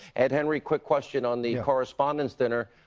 ed henry, quick question on the correspondents dinner.